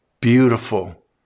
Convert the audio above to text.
beautiful